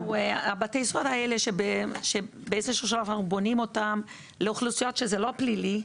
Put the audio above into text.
בתי הסוהר האלה שאנחנו בונים באיזשהו שלב לאוכלוסיות לא של פליליים,